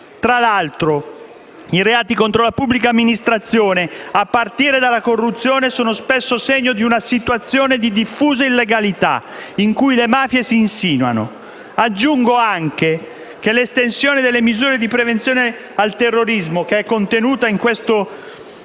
Tra l'altro, i reati contro la pubblica amministrazione, a partire dalla corruzione, sono spesso segno di una situazione di diffusa illegalità, in cui le mafie si insinuano. Aggiungo anche che l'estensione delle misure di prevenzione al terrorismo - contenuta in questo disegno